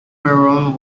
baron